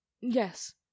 Yes